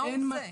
מה הוא עושה?